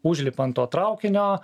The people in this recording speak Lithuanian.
užlipa ant to traukinio